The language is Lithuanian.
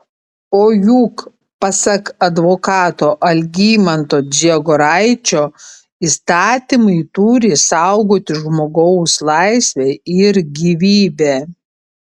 o juk pasak advokato algimanto dziegoraičio įstatymai turi saugoti žmogaus laisvę ir gyvybę